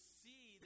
see